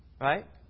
Right